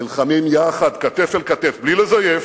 נלחמים יחד כתף אל כתף, בלי לזייף,